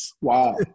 Wow